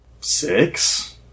Six